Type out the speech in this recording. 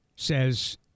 says